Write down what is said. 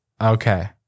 Okay